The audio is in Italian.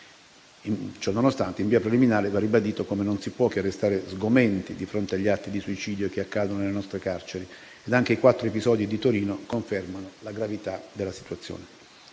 Ciononostante, in via preliminare va ribadito come non si possa che restare sgomenti di fronte agli atti di suicidio che accadono nelle nostre carceri ed anche i quattro episodi di Torino confermano la gravità della situazione.